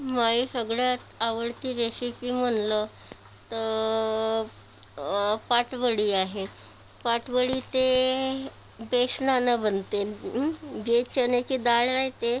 माझी सगळ्यात आवडती रेशिपी म्हटलं तर पाटवडी आहे पाटवडी ते बेसनानं बनते जे चण्याची डाळ राहते